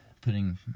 putting